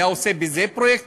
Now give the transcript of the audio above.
היה עושה בזה פרויקט,